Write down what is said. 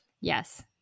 yes